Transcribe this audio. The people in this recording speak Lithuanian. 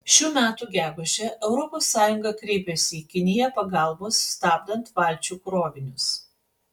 šių metų gegužę europos sąjunga kreipėsi į kiniją pagalbos stabdant valčių krovinius